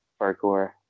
parkour